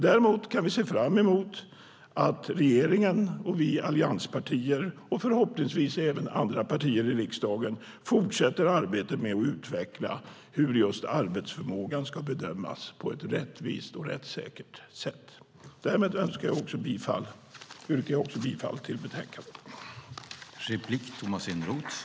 Däremot kan vi se fram emot att regeringen, vi allianspartier och förhoppningsvis även andra partier i riksdagen fortsätter arbetet med att utveckla hur just arbetsförmågan på ett rättvist och rättssäkert sätt ska bedömas. Med detta yrkar jag bifall till utskottets förslag i betänkandet.